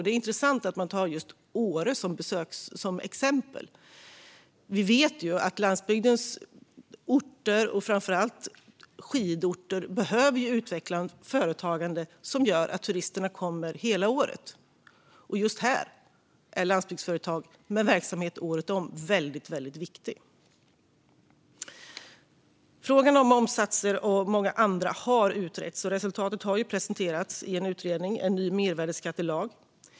Det är intressant att man tar just Åre som exempel. Vi vet ju att landsbygdens orter, framför allt skidorter, behöver utveckla företagande som gör att turisterna kommer hela året. Och just här är landsbygdsföretag med verksamhet året om väldigt viktiga. Frågan om momssatser, och många andra, har utretts. Resultat har presenterats i ett betänkande, En ny mervärdesskattelag .